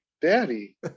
Daddy